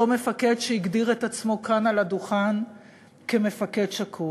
אותו מפקד שהגדיר את עצמו כאן על הדוכן כמפקד שַׁכּוּל.